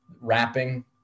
wrapping